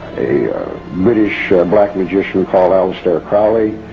a british black magician called alistair crowley,